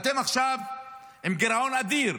עכשיו אתם עם גירעון אדיר,